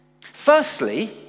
Firstly